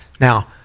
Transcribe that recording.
Now